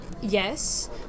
Yes